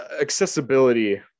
accessibility